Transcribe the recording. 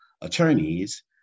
attorneys